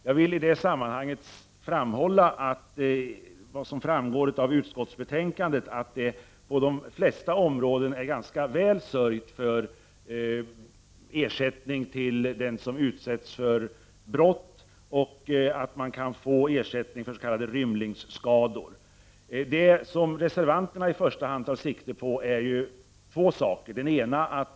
Jag vill i det sammanhanget framhålla vad som framgår av utskottsbetänkandet, nämligen att det på de flesta områden är ganska väl sörjt för ersättning till dem som utsätts för brott, och att man kan få ersättning för s.k. rymlingsskador. Vad reservanterna i första hand tar sikte på är ju två saker.